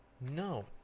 No